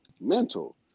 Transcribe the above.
mental